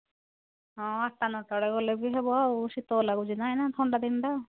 ହଁ ଆଠଟା ନଅଟା ବଳେ ଗଲେ ବି ହେବ ଆଉ ଶୀତ ଲାଗୁଛି ନାହିଁ ନା ଥଣ୍ଡା ଦିନଟା